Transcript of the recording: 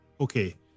Okay